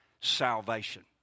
salvation